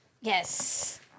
Yes